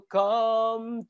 come